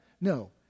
No